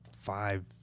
five